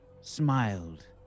smiled